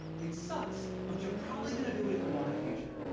it sucks, but you're probably gonna do it if you want a future.